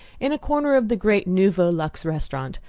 in a corner of the great nouveau luxe restaurant,